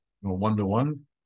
one-to-one